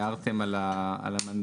הערתם על המנגנון.